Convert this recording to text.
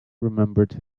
remembered